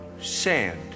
sand